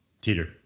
Teeter